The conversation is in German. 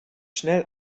schnell